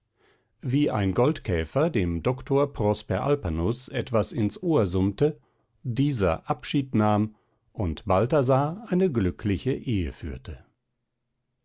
wie ein goldkäfer dem doktor prosper alpanus etwas ins ohr summte dieser abschied nahm und balthasar eine glückliche ehe führte